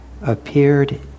appeared